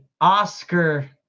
Oscar